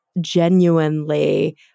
genuinely